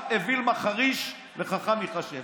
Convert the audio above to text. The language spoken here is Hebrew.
"גם אויל מחריש חכם יחשב".